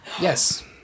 Yes